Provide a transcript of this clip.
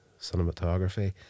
Cinematography